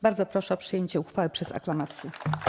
Bardzo proszę o przyjęcie uchwały przez aklamację.